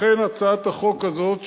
לכן הצעת החוק הזאת,